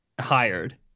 hired